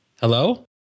Hello